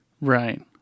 Right